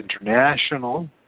international